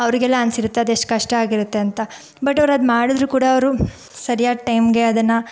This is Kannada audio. ಅವರಿಗೆಲ್ಲ ಅನಿಸಿರತ್ತೆ ಅದೆಷ್ಟು ಎಷ್ಟು ಕಷ್ಟ ಆಗಿರತ್ತೆ ಅಂತ ಬಟ್ ಅವರು ಅದು ಮಾಡಿದ್ರು ಕೂಡ ಅವರು ಸರಿಯಾದ ಟೈಮ್ಗೆ